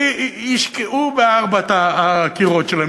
שישקעו בארבעת הקירות שלהם.